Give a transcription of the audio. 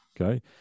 Okay